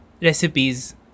recipes